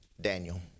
Daniel